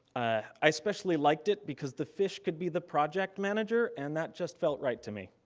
i especially liked it because the fish could be the project manager and that just felt right to me.